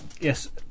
yes